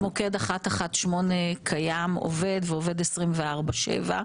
מוקד 118 קיים, עובד, ועובד 24/7,